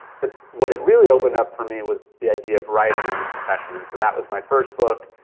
but what it really opened up for me was the idea of writing as a profession. and so that was my first book,